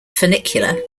funicular